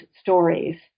stories